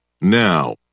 now